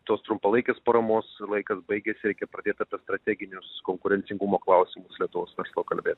tos trumpalaikės paramos laikas baigėsi reikia pradėt apie strateginius konkurencingumo klausimus lietuvos verslo kalbėt